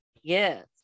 Yes